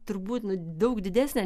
turbūt nu daug didesnė